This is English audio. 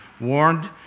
warned